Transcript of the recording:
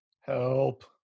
help